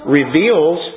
reveals